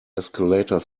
escalator